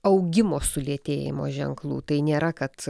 augimo sulėtėjimo ženklų tai nėra kad